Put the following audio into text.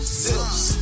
zips